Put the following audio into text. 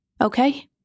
Okay